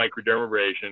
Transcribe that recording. microdermabrasion